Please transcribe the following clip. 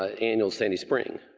ah and sandy spring,